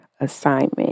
Assignment